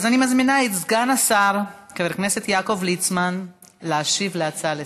אז אני מזמינה את סגן השר חבר הכנסת יעקב ליצמן להשיב להצעה לסדר-היום.